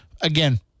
again